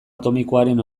atomikoaren